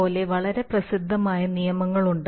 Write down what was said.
പോലെ വളരെ പ്രസിദ്ധമായ നിയമങ്ങളുണ്ട്